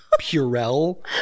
Purell